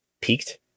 peaked